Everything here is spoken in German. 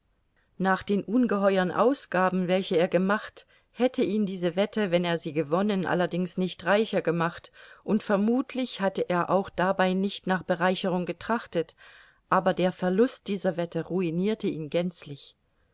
nach den ungeheuern ausgaben welche er gemacht hätte ihn diese wette wenn er sie gewonnen allerdings nicht reicher gemacht und vermuthlich hatte er auch dabei nicht nach bereicherung getrachtet aber der verlust dieser wette ruinirte ihn gänzlich